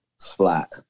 flat